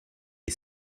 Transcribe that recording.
est